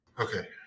Okay